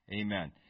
Amen